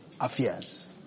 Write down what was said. affairs